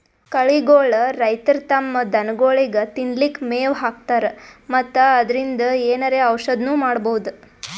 ಕಳಿಗೋಳ್ ರೈತರ್ ತಮ್ಮ್ ದನಗೋಳಿಗ್ ತಿನ್ಲಿಕ್ಕ್ ಮೆವ್ ಹಾಕ್ತರ್ ಮತ್ತ್ ಅದ್ರಿನ್ದ್ ಏನರೆ ಔಷದ್ನು ಮಾಡ್ಬಹುದ್